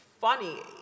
funny